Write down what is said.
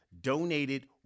donated